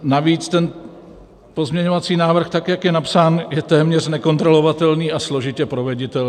Navíc pozměňovací návrh, tak jak je napsán, je téměř nekontrolovatelný a složitě proveditelný.